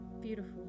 Beautiful